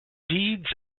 deeds